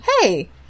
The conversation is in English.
Hey